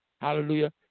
hallelujah